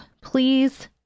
please